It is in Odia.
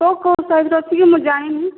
କୋଉ କୋଉ ସାଇଜ୍ ର ଅଛି କି ମୁଁ ଜାଣିନି